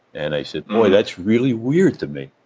and i said, boy, that's really weird to me.